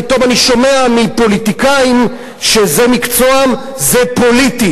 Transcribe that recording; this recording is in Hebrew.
עודה, אינו נוכח חמד עמאר, אינו נוכח עמיר פרץ,